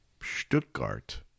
Stuttgart